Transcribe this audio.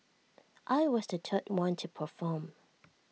I was the third one to perform